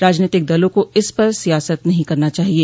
राजनीतिक दलों को इस पर सियासत नहीं करना चाहिए